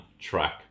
track